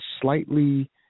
slightly